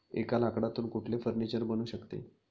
एका लाकडातून कुठले फर्निचर बनू शकते?